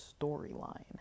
storyline